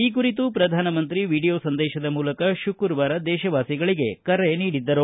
ಈ ಕುರಿತು ಪ್ರಧಾನ ಮಂತ್ರಿ ವಿಡಿಯೋ ಸಂದೇಶದ ಮೂಲಕ ಶುಕ್ರವಾರ ದೇಶವಾಸಿಗಳಿಗೆ ಕರೆ ನೀಡಿದ್ದರು